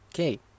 Okay